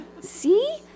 see